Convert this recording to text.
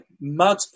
mud